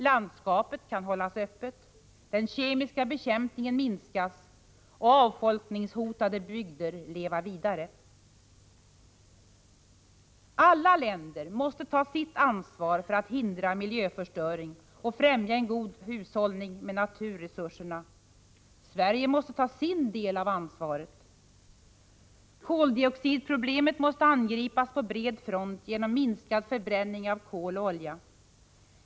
Landskapet kan hållas öppet, den kemiska bekämpningen minskas och avfolkningshotade bygder leva vidare. Alla länder måste ta sitt ansvar för att hindra miljöförstöring och främja en god hushållning med naturresurserna. Sverige måste ta sin del av ansvaret. - Koldioxidproblemet måste angripas på bred front genom minskad förbränning av kol och olja.